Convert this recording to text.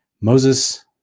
Moses